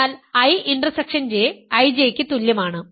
അതിനാൽ I intersection J IJ യ്ക്ക് തുല്യമാണ്